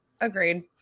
agreed